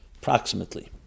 approximately